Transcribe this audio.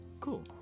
Cool